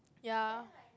ya